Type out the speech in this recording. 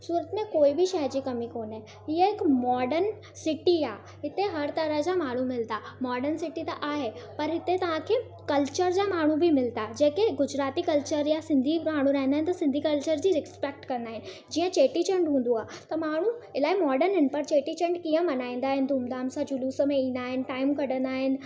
सूरत में कोई बि शइ जी कमी कोन्हे हीअ हिकु मॉडन सिटी आहे हिते हरु तरह जा माण्हू मिलंदा मॉडन सिटी त आहे पर हिते तव्हां खे कल्चर जा माण्हू बि मिलंदा जेके गुजराती कल्चर या सिंधी माण्हू रहंदा आहिनि त सिंधी कल्चर जी रिस्पेक्ट कंदा आहिनि जीअं चेटी चंडु हूंदो आहे त माण्हू इलाही मॉडन आहिनि पर चेटी चंडु कीअं मल्हाईंदा आहिनि धूम धाम सां जुलूस में ईंदा आहिनि टाइम कढंदा आहिनि